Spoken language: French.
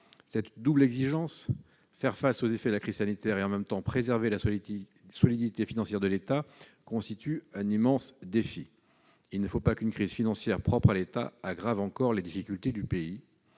Cette double exigence- faire face aux effets de la crise sanitaire et en même temps préserver la solidité financière de l'État -constitue un immense défi. Il ne faut pas qu'une crise financière propre à l'État aggrave encore les difficultés du pays.